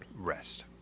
rest